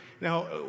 Now